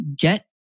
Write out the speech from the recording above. get